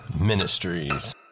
Ministries